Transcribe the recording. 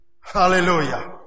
hallelujah